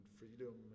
freedom